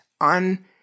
on